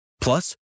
Plus